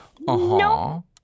No